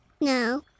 No